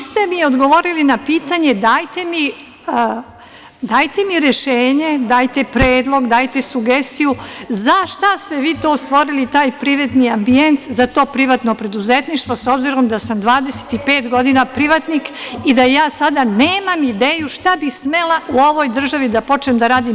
Niste mi odgovorili na pitanje, dajte mi rešenje, dajte predlog, dajte sugestiju za šta ste vi to stvorili taj privredni ambijent za to privatno preduzetništvo, s obzirom da sam 25 godina privatnik i da ja sada nemam ideju šta bi smela u ovoj državi da počnem da radim.